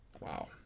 Wow